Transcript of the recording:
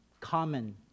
common